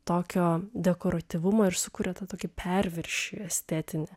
tokio dekoratyvumo ir sukuria tą tokį perviršį estetinį